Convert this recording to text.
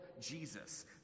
Jesus